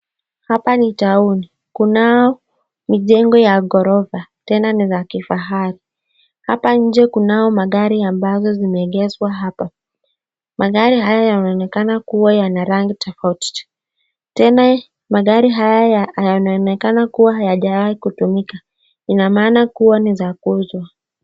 Hapa ni taoni kunao mijengo ya ghorofa tena ni za kifahari, hapa inje kunao magari ambazo zimeegezwa hapa, magari haya yanaonekana kuwa yana rangi tofauti tofauti tena magari haya yanaonekana kuwa hayajai kutumika inaonekana kuwa ni za kuuzwa.